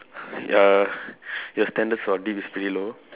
uh your standards of deep is very low